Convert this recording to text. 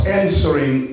answering